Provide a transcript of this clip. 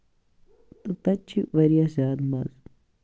تہٕ تَتہِ چھِ واریاہ زیادٕ مَزٕ